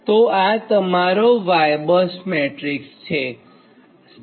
તો આ તમારો Y બસ મેટ્રીકસ છે